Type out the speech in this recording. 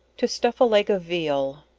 to stuff a leg of veal.